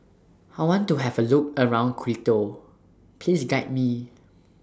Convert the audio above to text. I want to Have A Look around Quito Please Guide Me